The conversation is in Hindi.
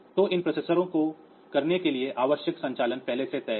तो इन प्रोसेसर को करने के लिए आवश्यक संचालन पहले से तय है